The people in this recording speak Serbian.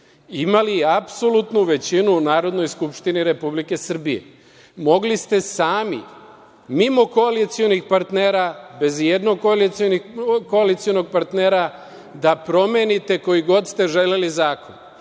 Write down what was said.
imali apsolutnu većinu u Narodnoj skupštini Republike Srbije. Mogli ste sami, mimo koalicionih partnera, bez ijednog koalicionog partnera, da promenite koji god ste želeli zakon.